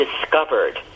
discovered